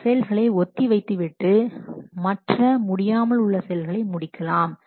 சில செயல்களை ஒத்தி வைத்துவிட்டு மற்ற முடியாமல் உள்ள செயல்களை முடிக்கலாம்